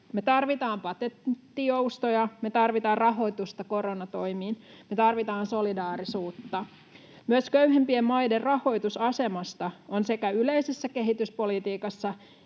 Me tarvitaan patenttijoustoja, me tarvitaan rahoitusta koronatoimiin, me tarvitaan solidaarisuutta. Myös köyhempien maiden rahoitusasemasta on sekä yleisessä kehityspolitiikassa